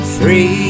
Three